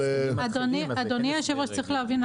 אדוני יושב הראש צריך להבין,